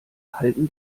halten